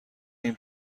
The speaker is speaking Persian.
این